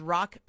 Rock